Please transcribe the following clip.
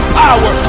power